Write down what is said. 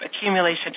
accumulation